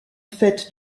faite